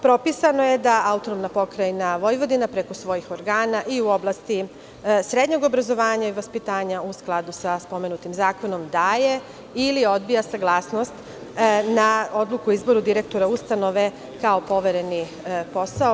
Propisano je da AP Vojvodina preko svojih organa i u oblasti srednjeg obrazovanja i vaspitanja, u skladu sa spomenutim zakonom, daje ili odbija saglasnost na odluku o izboru direktora ustanove, kao povereni posao.